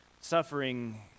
suffering